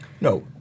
No